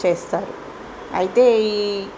చేస్తారు అయితే ఈ